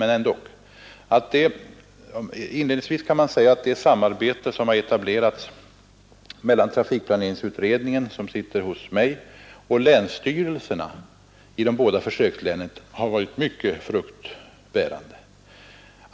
Jag vill dock framhålla att det samarbete som har etablerats mellan trafikplaneringsutredningen, som tillhör mitt departement, och länsstyrelserna i de båda försökslänen har varit mycket fruktbärande.